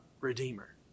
Redeemer